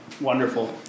Wonderful